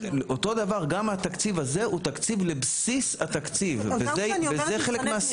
אותו דבר גם התקציב הזה הוא תקציב לבסיס התקציב וזה חלק מהסיכום.